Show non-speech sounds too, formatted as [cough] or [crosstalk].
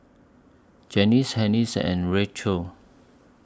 Janice [unintelligible] and Richelle